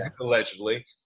Allegedly